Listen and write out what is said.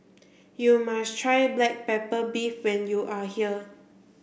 you must try black pepper beef when you are here